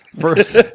First